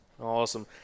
Awesome